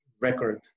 record